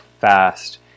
fast